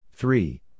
Three